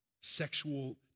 sexual